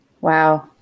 Wow